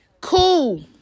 Cool